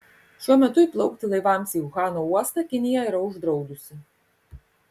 šiuo metu įplaukti laivams į uhano uostą kinija yra uždraudusi